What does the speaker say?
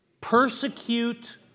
Persecute